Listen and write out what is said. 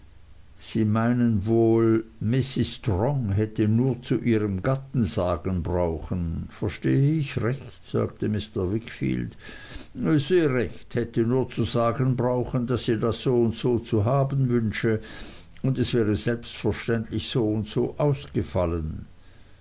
sie meinen wohl mrs strong hätte nur zu ihrem gatten sagen brauchen verstehe ich recht sagte mr wickfield sehr recht hätte nur zu sagen brauchen daß sie das so und so zu haben wünsche und es wäre selbstverständlich so und so ausgefallen